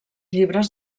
llibres